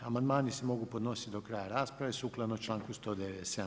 Amandmani se mogu podnositi do kraja rasprave sukladno članku 197.